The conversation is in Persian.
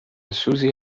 سوزی